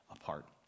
apart